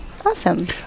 awesome